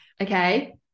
Okay